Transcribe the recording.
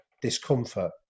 discomfort